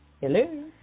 Hello